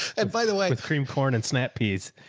and by the way, with cream, corn, and snap peas,